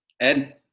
Ed